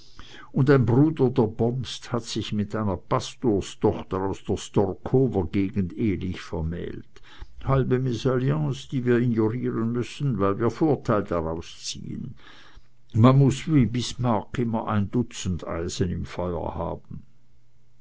und ein bruder der bomst hat sich mit einer pastorstochter aus der storkower gegend ehelich vermählt halbe mesalliance die wir ignorieren müssen weil wir vorteil daraus ziehen man muß wie bismarck immer ein dutzend eisen im feuer haben